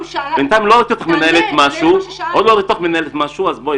בינתיים לא ראיתי אותך מנהלת משהו אז בואי,